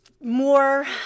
More